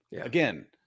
Again